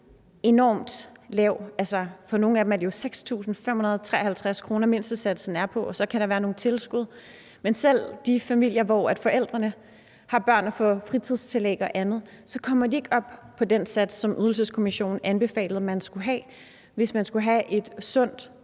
enormt lav – hos nogle af dem er det jo 6.553 kr., som mindstesatsen er på, og så kan der være nogle tilskud – så kommer man selv i de familier, hvor forældrene har børn, der får fritidstillæg og andet, ikke op på den sats, som Ydelseskommissionen anbefalede at man skulle have, hvis man skulle have et sundt